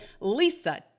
Lisa